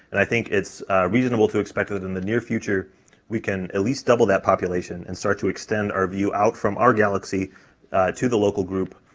and i think it's reasonable to expect that in the near future we can at least double that population and start to extend our view out from our galaxy to the local group,